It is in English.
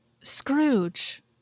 Scrooge